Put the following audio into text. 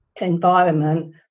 environment